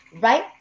right